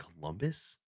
Columbus